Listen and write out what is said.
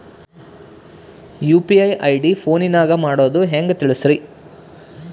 UPI ID ಫೋನಿನಾಗ ಮಾಡೋದು ಹೆಂಗ ತಿಳಿಸ್ರಿ?